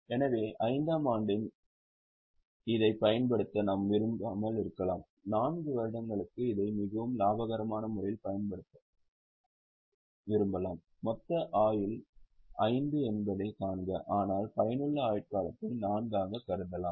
எனவே 5 ஆம் ஆண்டில் இதைப் பயன்படுத்த நாம் விரும்பாமல் இருக்கலாம் 4 வருடங்களுக்கு இதை மிகவும் இலாபகரமான முறையில் பயன்படுத்த விரும்பலாம் மொத்த ஆயுள் 5 என்பதைக் காண்க ஆனால் பயனுள்ள ஆயுட்காலத்தை 4 ஆகக் கருதலாம்